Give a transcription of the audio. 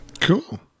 Cool